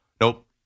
Nope